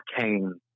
came